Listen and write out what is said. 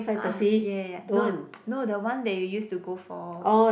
ah yeah yeah yeah no no the one that you used to go for